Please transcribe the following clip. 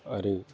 आरो